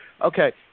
okay